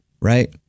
right